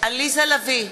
עליזה לביא,